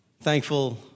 thankful